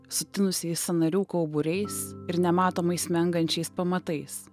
sutinusiais sąnarių kauburiais ir nematomais smengančiais pamatais